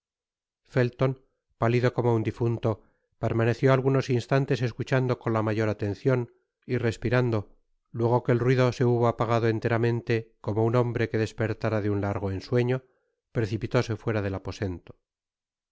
felton pálido como un difunto permaneció algunos instantes escuchando con la mayor atencion y respirando luego que el ruido se hubo apagado enteramente como un hombre que despertara de un largo ensueño precipitóse fuera del aposento ah